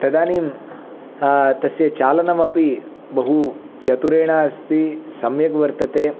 तदानीं तस्य चालनमपि बहुचतुरेण अस्ति सम्यक् वर्तते